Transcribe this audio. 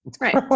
Right